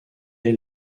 est